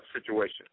situation